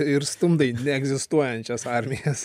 ir stumdai neegzistuojančias armijas